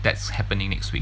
that's happening next week